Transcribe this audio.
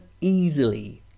easily